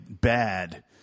bad